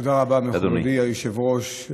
תודה רבה, מכובדי היושב-ראש.